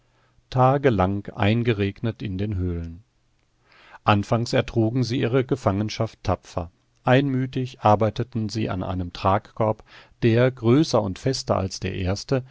tagelang eingeregnet in den höhlen anfangs ertrugen sie ihre gefangenschaft tapfer einmütig arbeiteten sie an einem tragkorb der größer und fester als der erste